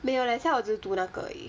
没有 leh 现在我就读那个而已